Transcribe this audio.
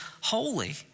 holy